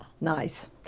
Nice